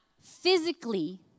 physically